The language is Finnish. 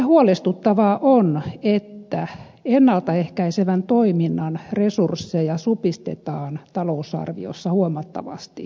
huolestuttavaa on että ennalta ehkäisevän toiminnan resursseja supistetaan talousarviossa huomattavasti